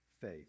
faith